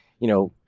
you know,